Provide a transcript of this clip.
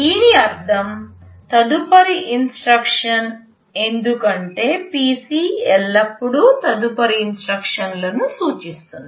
దీని అర్థం తదుపరి ఇన్స్ట్రక్షన్ ఎందుకంటే PC ఎల్లప్పుడూ తదుపరి ఇన్స్ట్రక్షన్లను సూచిస్తుంది